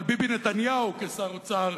אבל ביבי נתניהו, כשר האוצר,